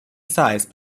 size